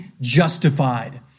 justified